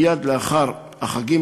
מייד לאחר החגים,